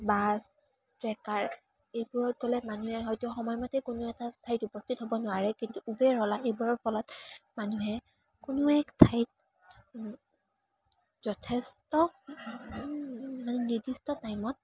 bus trekker এইবোৰত গ'লে মানুহে হয়তো সময় মতে কোনো এটা ঠাইত উপস্থিত হ'ব নোৱাৰে কিন্তু উবেৰ অ'লা এইবোৰৰ ফলত মানুহে কোনো এক ঠাইত যথেষ্ট নিৰ্দিষ্ট টাইমত